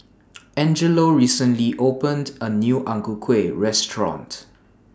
Angelo recently opened A New Ang Ku Kueh Restaurant